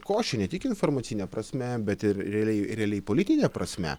košė ne tik informacine prasme bet ir realiai realiai politine prasme